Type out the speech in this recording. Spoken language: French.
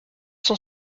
cent